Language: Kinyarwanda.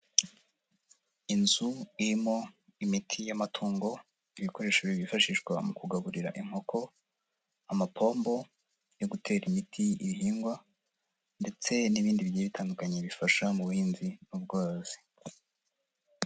Inzu irimo imiti y'amatungo, ibikoresho bifashishwa mu kugaburira inkoko. Amapombo yo gutera imiti ibihingwa. Ndetse n'ibindi bitandukanye bifasha mu buhinzi, n'ubworozi.